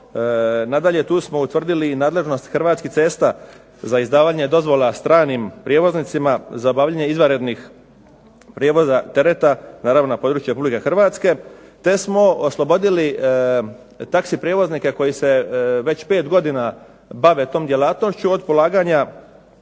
Nadalje tu smo utvrdili i nadležnost Hrvatskih cesta za izdavanje dozvola stranim prijevoznicima za obavljanje izvanrednih prijevoza tereta, naravno na području Republike Hrvatske, te smo oslobodili taksi prijevoznike koji se već 5 godina bave tom djelatnošću, od polaganja